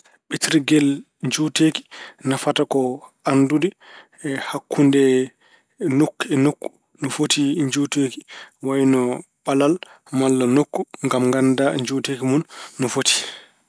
Ɓettirgel njuuteeki nafata ko anndude hakkunde nokku e nokku no foti njuuteeki, wayno ɓalal malla nokku ngam gannda njuuteeki mun no foti.